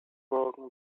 broken